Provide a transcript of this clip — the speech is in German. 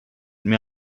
mir